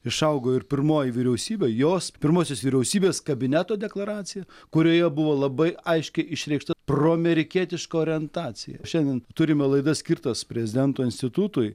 išaugo ir pirmoji vyriausybė jos pirmosios vyriausybės kabineto deklaracija kurioje buvo labai aiškiai išreikšta proamerikietiška orientacija šiandien turime laidas skirtas prezidento institutui